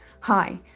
Hi